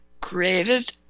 created